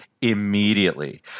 Immediately